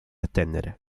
attendere